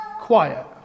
Quiet